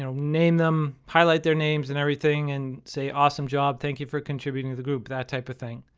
you know name them, highlight their names and everything, and say awesome job, thank you for contributing to the group, that type of thing.